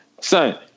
son